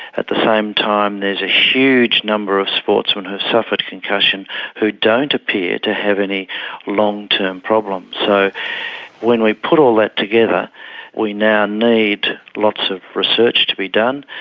at the same time there is a huge number of sportsmen who have suffered concussion who don't appear to have any long-term problems. so when we put all that together we now need lots of research to be done.